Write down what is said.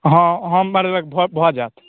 हँ हमरा लग भए जाएत